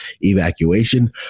evacuation